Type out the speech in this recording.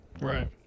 Right